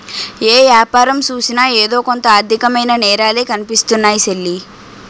ఏ యాపారం సూసినా ఎదో కొంత ఆర్దికమైన నేరాలే కనిపిస్తున్నాయ్ సెల్లీ